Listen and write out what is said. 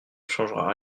changera